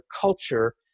culture